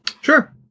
Sure